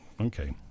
Okay